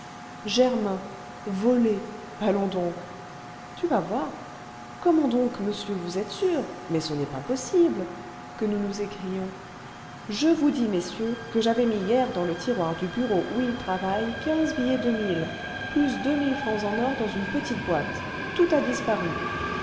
germain voler allons donc tu vas voir comment donc monsieur vous êtes sûr mais ce n'est pas possible que nous nous écrions je vous dis messieurs que j'avais mis hier dans le tiroir du bureau où il travaille quinze billets de mille plus deux mille francs en or dans une petite boîte tout a disparu